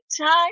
Time